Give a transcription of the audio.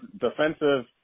defensive